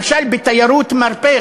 למשל בתיירות מרפא,